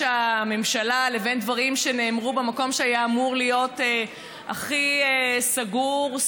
הממשלה בדברים שנאמרו במקום שהיה אמור להיות הכי סגור,